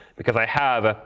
because i have